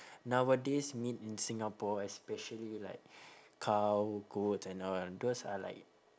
nowadays meat in singapore especially like cow goat and all those are like